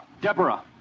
Deborah